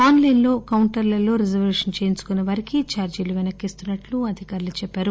ఆన్లైన్లో కౌంటర్లలో రిజర్వేషన్ చేయించుకున్న వారికి ఛార్జీలు పెనక్కి ఇస్తున్సట్టు అధికారులు తెలిపారు